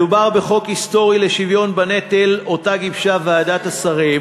מדובר בחוק היסטורי לשוויון בנטל שגיבשה ועדת השרים,